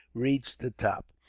reach the top.